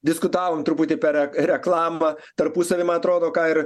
diskutavom truputį per reklamą tarpusavy man atrodo ką ir